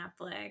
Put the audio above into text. Netflix